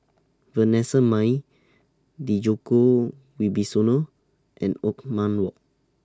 Vanessa Mae Djoko Wibisono and Othman Wok